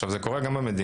עכשיו, זה קורה גם במדינה.